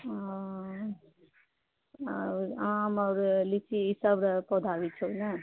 आम आओर लीची ई सब पौधा भी छै ने